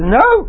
no